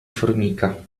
formica